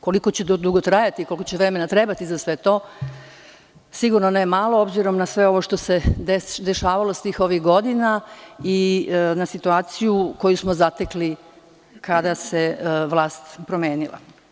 Koliko će to dugo trajati, koliko će vremena trebati za sve to, sigurno ne malo, obzirom na sve ovo što se dešavalo svih ovih godina i na situaciju koju smo zatekli kada se vlast promenila.